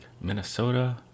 Minnesota